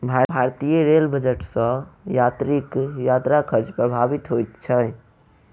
भारतीय rail budget सॅ यात्रीक यात्रा खर्च प्रभावित होइत छै